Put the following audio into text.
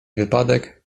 wypadek